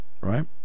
Right